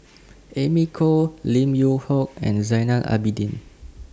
Amy Khor Lim Yew Hock and Zainal Abidin